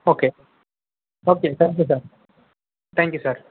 okay okay thank you sir thank you sir